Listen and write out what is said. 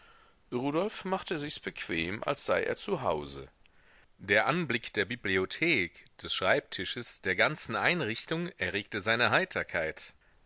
rudolf machte sichs bequem als sei er zu hause der anblick der bibliothek des schreibtisches der ganzen einrichtung erregte seine heiterkeit